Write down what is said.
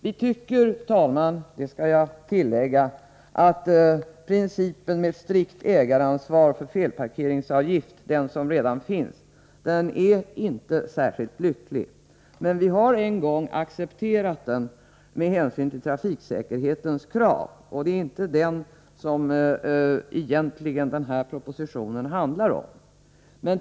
Vi tycker, herr talman, det skall jag tillägga, att principen med strikt ägaransvar för felparkeringsavgift — den som redan finns — inte är särskilt lyckad, men vi har en gång accepterat den med hänsyn till trafiksäkerhetens krav. Det är egentligen inte den som denna proposition handlar om.